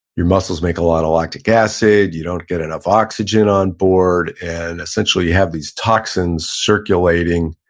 your muscles make a lot of lactic acid, you don't get enough oxygen on board and essentially, you have these toxins circulating